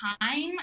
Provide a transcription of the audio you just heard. time